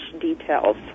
details